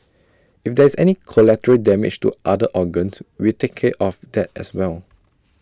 if there is any collateral damage to other organs we take care of that as well